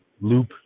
loop